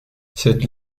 cette